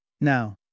Now